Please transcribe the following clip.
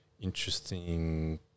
interesting